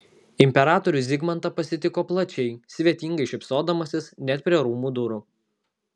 imperatorių zigmantą pasitiko plačiai svetingai šypsodamasis net prie rūmų durų